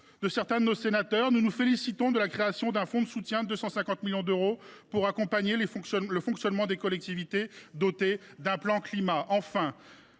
des sénateurs de notre groupe : nous nous félicitons de la création d’un fonds de soutien de 250 millions d’euros pour accompagner, dans leur fonctionnement, les collectivités dotées d’un plan climat.